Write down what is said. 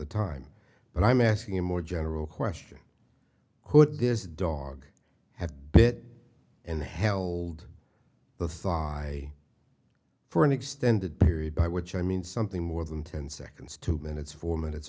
the time but i'm asking a more general question could this dog have bit and held the thought i for an extended period by which i mean something more than ten seconds two minutes four minutes